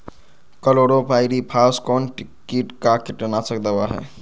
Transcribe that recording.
Chlorpyrifos कौन किट का कीटनाशक दवा है?